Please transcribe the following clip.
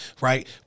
right